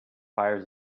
fires